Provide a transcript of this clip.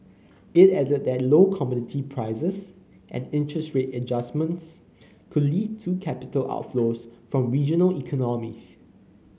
it added that low commodity prices and interest rate adjustments could lead to capital outflows from regional economies